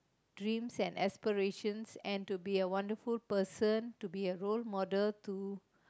dreams and aspirations and to be a wonderful person to be a role model